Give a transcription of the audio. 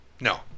No